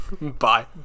Bye